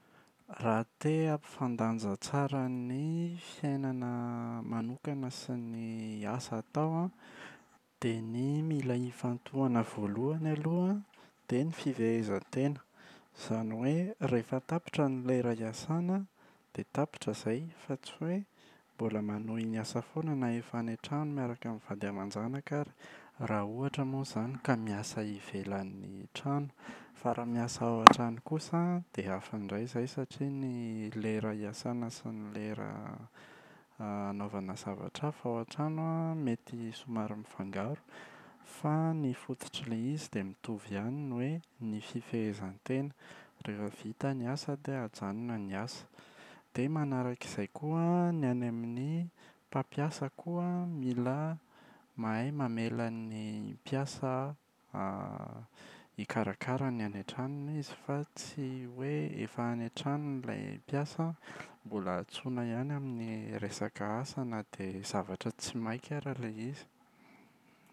Raha te hampifandanja tsara ny fiainana manokana sy ny asa atao an dia ny mila hifantohana voalohany aloha an dia ny fifehezan-tena: izany hoe rehefa tapitra ny lera fiasana dia tapitra izay fa tsy hoe mbola manohy ny asa foana na efa any an-trano miaraka amin’ny vady aman-janaka ary. Raha ohatra moa izany ka miasa ivelan’ny trano, fa raha miasa ao an-trano kosa an dia hafa indray izay satria ny lera hiasana sy ny lera hanaovana zavatra hafa ao an-trano mety somary mifangaro fa ny fototr’ilay izy dia mitovy ihany hoe: ny fifehezan-tena. Rehefa vita ny asa dia hajanona ny asa. Dia manaraka izay koa an: ny any amin’ny mpampiasa koa dia mila mahay mamela ny mpiasa hikarakara ny any an-tranony izy fa tsy hoe efa any an-tranony ilay mpiasa mbola antsoina ihany amin’ny resaka asa na dia zavatra tsy maika ary ilay izy.